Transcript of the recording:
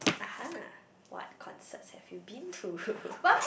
uh !huh! what concerts have you been to